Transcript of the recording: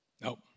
No